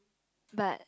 but